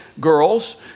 girls